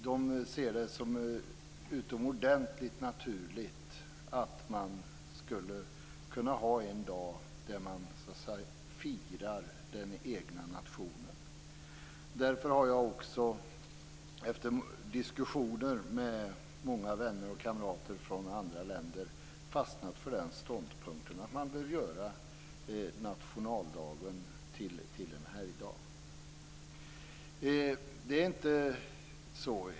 De ser det som utomordentligt naturligt att fira den egna nationen en viss dag. Därför har jag också efter diskussioner med många vänner och kamrater från andra länder fastnat för ståndpunkten att man bör göra nationaldagen till en helgdag.